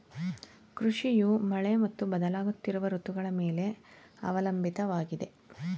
ಕೃಷಿಯು ಮಳೆ ಮತ್ತು ಬದಲಾಗುತ್ತಿರುವ ಋತುಗಳ ಮೇಲೆ ಅವಲಂಬಿತವಾಗಿದೆ